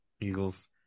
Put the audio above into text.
Eagles